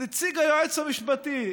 נציג היועץ המשפטי,